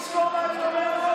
תזכור מה אני אומר,